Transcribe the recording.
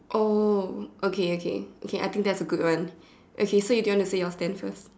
oh okay okay okay I think that's a good one okay so do you want to say your stand first